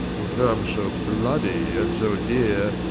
in terms so bloody and so dear,